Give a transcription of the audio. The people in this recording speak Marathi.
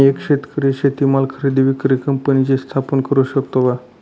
एक शेतकरी शेतीमाल खरेदी विक्री कंपनीची स्थापना करु शकतो का?